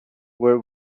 were